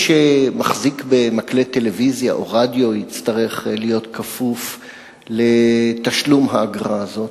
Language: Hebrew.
שמחזיק במקלט טלוויזיה או רדיו יצטרך להיות כפוף לתשלום האגרה הזאת,